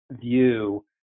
view